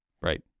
Right